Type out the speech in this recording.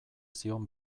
zion